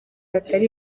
batari